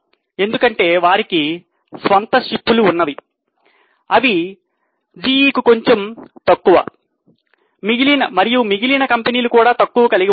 ఎందుకంటే వారికి స్వంత షిప్పు లు ఉన్నవి ఇవి GE కు కొంచము తక్కువ మరియు మిగిలిన కంపెనీలు కూడా తక్కువ కలిగి ఉన్నాయి